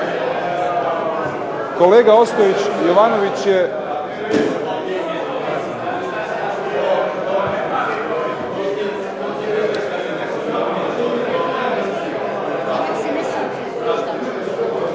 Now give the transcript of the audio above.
kolega Ostojić Jovanović je.